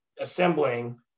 assembling